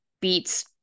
beats